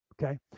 Okay